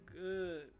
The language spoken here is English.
good